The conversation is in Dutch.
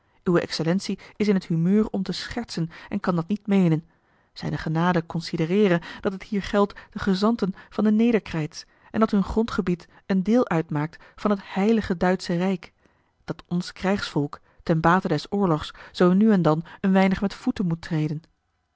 uwe excellentie is in t humeur om te schertsen en kan dat niet meenen zijne genade considereere dat het hier geldt de gezanten van den nederkreitz en dat hun grondgebied een deel uitmaakt van het heilige duitsche rijk dat ons krijgsvolk ten bate des oorlogs zoo nu en dan een weinig met voeten moet treden